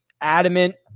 adamant